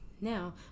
Now